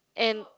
and